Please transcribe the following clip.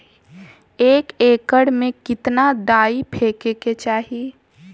एक एकड़ में कितना डाई फेके के चाही?